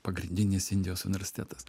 pagrindinis indijos universitetas